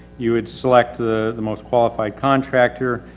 you would select the, the most qualified contractor.